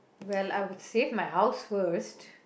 well I would save my house first